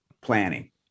planning